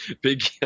big